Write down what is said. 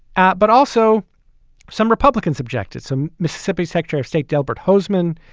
ah but also some republicans objected. some mississippi secretary of state delbert hosemann,